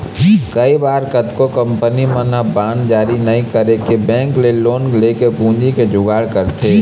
कई बार कतको कंपनी मन ह बांड जारी नइ करके बेंक ले लोन लेके पूंजी के जुगाड़ करथे